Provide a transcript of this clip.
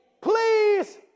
Please